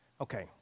Okay